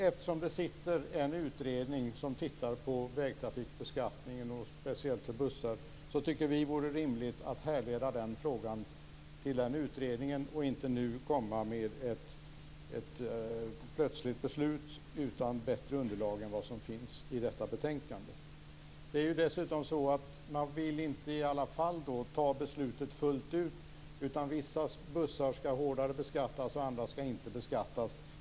Eftersom det sitter en utredning som närmare tittar på vägtrafikbeskattningen, speciellt för bussar, tycker vi att det vore rimligt att härleda den frågan till sittande utredning i stället för att nu komma med ett plötsligt beslut utan att det finns ett bättre underlag än det som sägs i detta betänkande. Man vill ju ändå inte fullt ut ta ett beslut. Vissa bussar skall beskattas hårdare, medan andra inte skall beskattas.